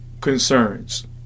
concerns